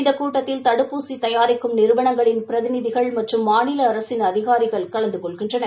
இந்த கூட்டத்தில் தடுப்பூசி தயாரிக்கும் நிறுவனங்களின் பிதிநிதிகள் மற்றும் மாநில அரசின் அதிகாரிகள் கலந்து கொள்கின்றனர்